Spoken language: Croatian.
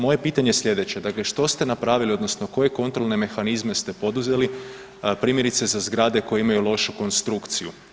Moje pitanje je slijedeće, dakle što ste napravili odnosno koje kontrolne mehanizme ste poduzeli primjerice za zgrade koja imaju lošu konstrukciju?